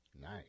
Nice